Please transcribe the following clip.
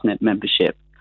membership